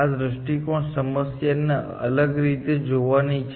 આ દ્રષ્ટિ સમસ્યાને અલગ રીતે જોવાની છે